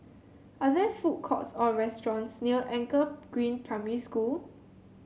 are there food courts or restaurants near Anchor Green Primary School